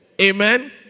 Amen